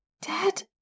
Dad